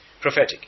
prophetic